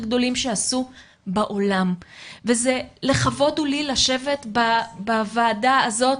גדולים שעשו בעולם וזה לכבוד הוא לי לשבת בוועדה הזאת